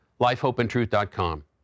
lifehopeandtruth.com